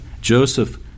Joseph